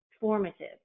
formative